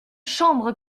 chambre